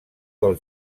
del